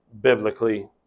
biblically